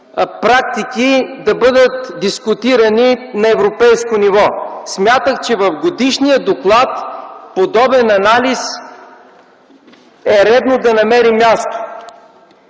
практики да бъдат дискутирани на европейско ниво. Смятах, че в годишния доклад е редно да намери място